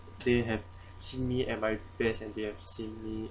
they have seen me at my best and they have seen me